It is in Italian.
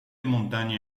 montagne